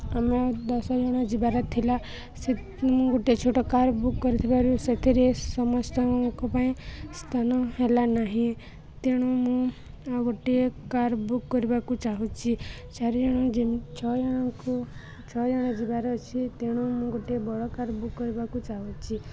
ଆମେ ଦଶଜଣ ଯିବାର ଥିଲା ସେ ମୁଁ ଗୋଟେ ଛୋଟ କାର୍ ବୁକ୍ କରିଥିବାରୁ ସେଥିରେ ସମସ୍ତଙ୍କ ପାଇଁ ସ୍ଥାନ ହେଲା ନାହିଁ ତେଣୁ ମୁଁ ଆଉ ଗୋଟିଏ କାର୍ ବୁକ୍ କରିବାକୁ ଚାହୁଁଛି ଚାରିଜଣ ଯେ ଛଅ ଜଣଙ୍କୁ ଛଅ ଜଣ ଯିବାର ଅଛି ତେଣୁ ମୁଁ ଗୋଟିଏ ବଡ଼ କାର୍ ବୁକ୍ କରିବାକୁ ଚାହୁଁଛି